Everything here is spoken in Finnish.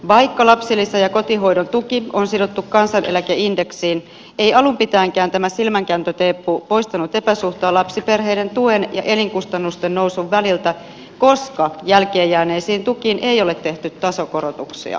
vaikka lapsilisä ja kotihoidon tuki on sidottu kansaneläkeindeksiin ei alun pitäenkään tämä silmänkääntötemppu poistanut epäsuhtaa lapsiperheiden tuen ja elinkustannusten nousun väliltä koska jälkeen jääneisiin tukiin ei ole tehty tasokorotuksia